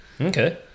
Okay